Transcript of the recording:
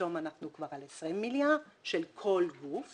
פתאום אנחנו כבר על 20 מיליארד של כל גוף ולכן,